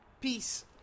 peace